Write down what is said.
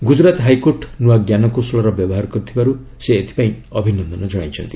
Gujarat high court ନୂଆ ଜ୍ଞାନକୌଶଳର ବ୍ୟବହାର କରିଥିବାରୂ ସେ ଏଥିପାଇଁ ଅଭିନନ୍ଦନ ଜଣାଇଛନ୍ତି